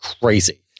crazy